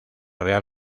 real